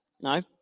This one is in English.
No